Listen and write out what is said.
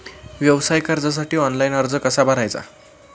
व्यवसाय कर्जासाठी ऑनलाइन अर्ज कसा भरायचा?